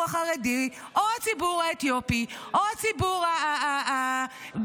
החרדי או הציבור האתיופי או הציבור הדרוזי,